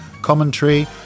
commentary